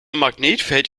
magnetfeld